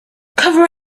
cover